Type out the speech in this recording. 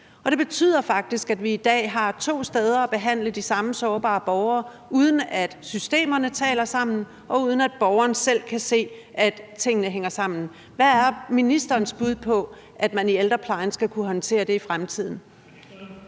det betyder faktisk, at vi i dag har to steder at behandle de samme sårbare borgere, uden at systemerne taler sammen, og uden at borgeren selv kan se, at tingene hænger sammen. Hvad er ministerens bud på, hvordan man i ældreplejen skal kunne håndtere det i fremtiden?